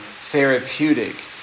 therapeutic